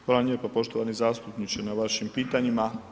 Hvala vam lijepo poštovani zastupniče na vašim pitanjima.